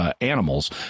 animals